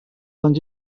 danys